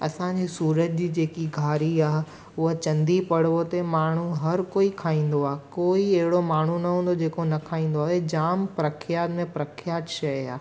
असांजी सूरत जी जेकी खारी आहे अ उहा चंदी पर्व ते हर कोइ खाईंदो आहे कोई अहिड़ो माण्हू न हूंदो जेको न खाईंदो आहे हे जामु प्रख्यात में प्रख्यात शइ आहे